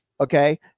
Okay